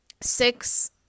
six